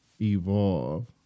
evolve